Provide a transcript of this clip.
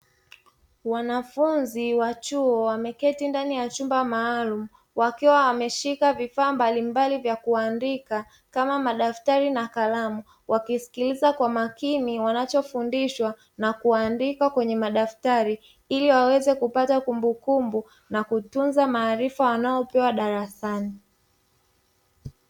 Wanafunzi wa chuo wameketi ndani ya chumba maalumu, wakiwa wameshika vifaa mbalimbali vya kuandika kama madaftari na kalamu, wakisikiliza kwa makini wanachofundishwa na kuandika kwenye madaftari; ili waweze kupata kumbukumbu na kutunza maarifa wanayopewa darasani.